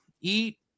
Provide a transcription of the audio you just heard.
eat